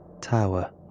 Tower